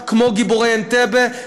כמו גיבורי אנטבה,